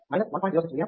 02 mA అవుతాయి